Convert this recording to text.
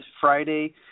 Friday